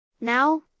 Now